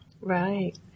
Right